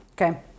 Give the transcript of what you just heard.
Okay